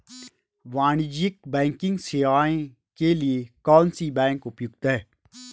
वाणिज्यिक बैंकिंग सेवाएं के लिए कौन सी बैंक उपयुक्त है?